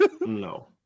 No